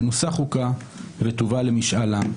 תנוסח חוקה ותובא למשאל עם.